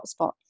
hotspot